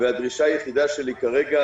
והדרישה היחידה שלי כרגע,